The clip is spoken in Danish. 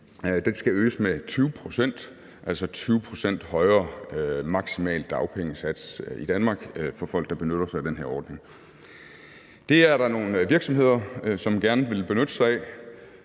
Den skal øges med 20 pct., altså 20 pct. højere maksimal dagpengesats i Danmark for folk, der benytter sig af den her ordning. Det er der nogle virksomheder som gerne vil benytte sig af